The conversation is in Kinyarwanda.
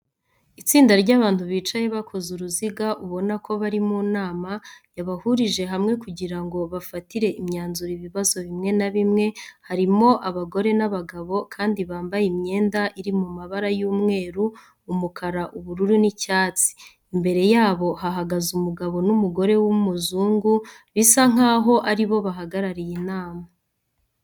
Itsinda ry'abantu bicaye bakoze uruziga, ubona ko bari mu nama yabahurije hamwe kugira ngo bafatire imyanzuro ibibazo bimwe na bimwe. Harimo abagore n'abagabo kandi bambaye imyenda iri mu mabara y'umweru, umukara, ubururu n'icyatsi. Imbere yabo hahagaze umugabo n'umugore w'umuzungu bisa nkaho ari bo bahagarariye inama.